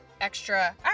extra